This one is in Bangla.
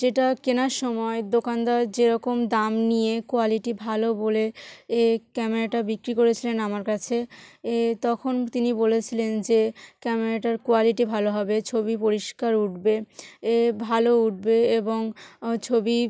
যেটা কেনার সময় দোকানদার যেরকম দাম নিয়ে কোয়ালিটি ভালো বলে এ ক্যামেরাটা বিক্রি করেছিলেন আমার কাছে এ তখন তিনি বলেছিলেন যে ক্যামেরাটার কোয়ালিটি ভালো হবে ছবি পরিষ্কার উঠবে এ ভালো উঠবে এবং ছবি